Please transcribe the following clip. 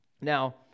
Now